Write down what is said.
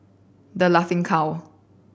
The Laughing Cow